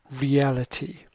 reality